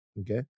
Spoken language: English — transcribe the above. Okay